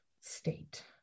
state